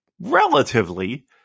relatively